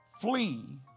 flee